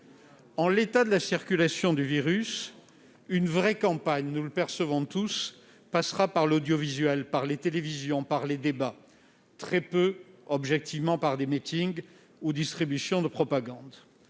En l'état de la circulation du virus, une vraie campagne, nous le percevons tous, passera par l'audiovisuel, par les chaînes de télévision, par les débats et très peu, objectivement, par des meetings ou la distribution de propagande.